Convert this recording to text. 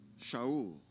Shaul